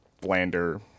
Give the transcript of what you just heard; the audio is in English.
blander